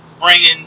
bringing